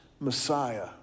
Messiah